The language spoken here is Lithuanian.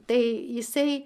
tai jisai